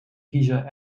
kiezen